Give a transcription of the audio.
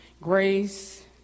grace